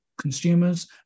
consumers